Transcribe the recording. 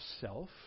self